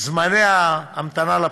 זמני ההמתנה לבחינה.